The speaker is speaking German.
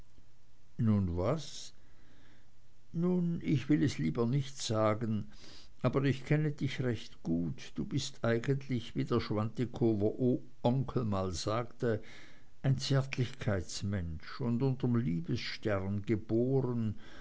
nun was nun ich will es lieber nicht sagen aber ich kenne dich recht gut du bist eigentlich wie der schwantikower onkel mal sagte ein zärtlichkeitsmensch und unterm liebesstern geboren